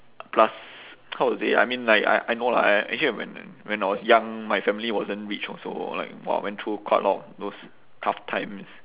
plus how to say I mean like I I know lah actually when when I was young my family wasn't rich also like !wah! went through quite a lot of those tough times